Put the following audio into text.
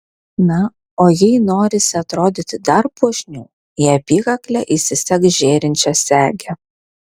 na o jei norisi atrodyti dar puošniau į apykaklę įsisek žėrinčią segę